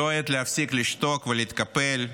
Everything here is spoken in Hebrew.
זו העת להפסיק לשתוק ולהתקפל.